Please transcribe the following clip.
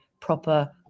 proper